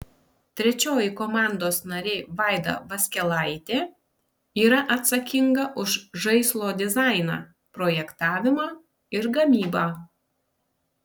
trečioji komandos narė vaida vaskelaitė yra atsakinga už žaislo dizainą projektavimą ir gamybą